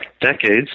decades